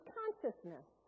consciousness